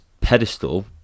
pedestal